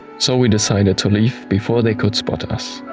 so, we decided to leave before they could spot us.